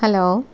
hello